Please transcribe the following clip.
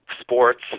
sports